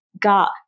got